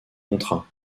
contrat